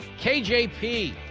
KJP